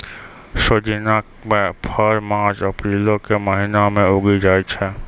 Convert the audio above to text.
सोजिना के फर मार्च अप्रीलो के महिना मे उगि जाय छै